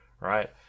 right